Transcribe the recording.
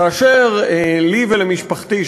כאשר לי ולמשפחתי,